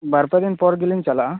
ᱵᱟᱨ ᱯᱮ ᱫᱤᱱ ᱯᱚᱨ ᱜᱮᱞᱤᱧ ᱪᱟᱞᱟᱜᱼᱟ